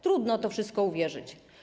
Trudno w to wszystko uwierzyć.